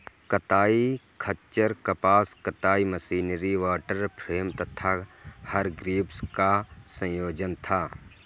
कताई खच्चर कपास कताई मशीनरी वॉटर फ्रेम तथा हरग्रीव्स का संयोजन था